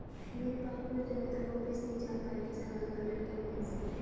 मेरे पापा कुछ दिनों तक ऑफिस नहीं जा पाए किसान आंदोलन की वजह से